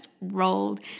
rolled